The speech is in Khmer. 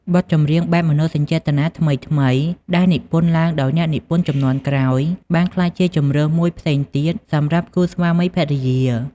បទចម្រៀងបែបមនោសញ្ចេតនាថ្មីៗ ដែលនិពន្ធឡើងដោយអ្នកនិពន្ធជំនាន់ក្រោយ បានក្លាយជាជម្រើសមួយផ្សេងទៀតសម្រាប់គូស្វាមីភរិយា។